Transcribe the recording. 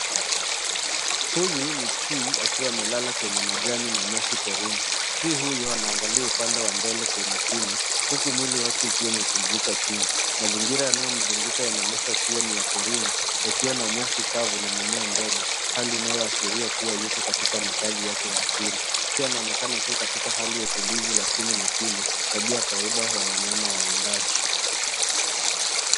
Huyu ni chui akiwa amelala kwenye majani na nyasi porini. Chui huyo anaangalia upande wa mbele kwa umakini, huku mwili wake ukiwa umepumzika chini. Mazingira yanaomzunguka yanaonyesha kuwa ni ya porini, yakiwa na nyasi kavu na mimea ndogo, hali inayoashiria kuwa yuko katika makazi yake ya asili. Chui anaonekana akiwa katika hali ya utulivu, lakini makini, tabia ya kawaida ya wanyama wawindaji.